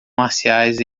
marciais